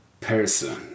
person